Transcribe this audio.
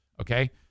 okay